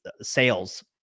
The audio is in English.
sales